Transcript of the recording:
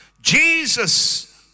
Jesus